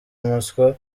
umuswa